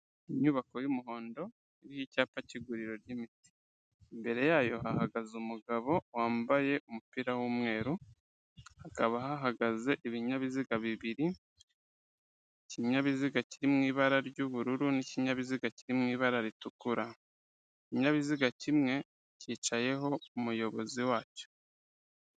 Inyubako y'umuhondo iriho icyapa k'iguriro ry'imiti, imbere yayo hahagaze umugabo wambaye umupira w'umweru, hakaba hahagaze ibinyabiziga bibiri, ikinyabiziga kiri mu ibara ry'ubururu n'ikinyabiziga kiri mu ibara ritukura, ikinyabiziga kimwe kicayeho umuyobozi wacyo.